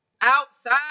outside